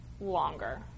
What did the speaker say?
longer